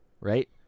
right